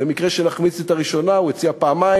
למקרה שנחמיץ את הראשונה הוא הציע פעמיים,